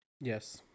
Yes